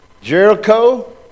Jericho